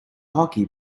hockey